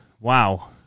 wow